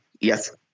yes